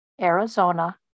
Arizona